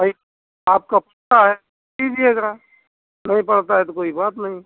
भाई आपकओ प ता है तो पीजिएगा नहीं पड़ता है तो कोई बात नहीं